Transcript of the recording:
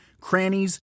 crannies